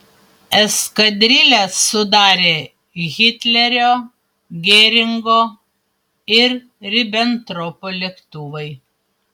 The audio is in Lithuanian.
eskadrilę sudarė hitlerio geringo ir ribentropo lėktuvai